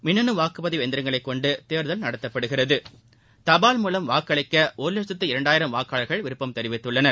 மின்னணு வாக்குபதிவு எந்திரங்களை கொண்டு தேர்தல் நடத்தப்படுகிறது தபால் மூலம் வாக்களிக்க ஒரு வட்கத்து இரண்டாயிரம் வாக்காளர்கள் விருப்பம் தெரிவித்துள்ளனர்